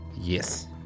Yes